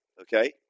Okay